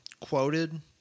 quoted